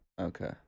Okay